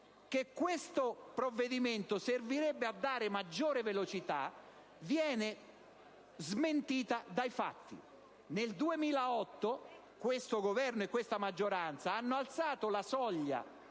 che questo provvedimento servirebbe a dare maggiore velocità viene smentita dai fatti. Nel 2008 questo Governo e questa maggioranza hanno alzato la soglia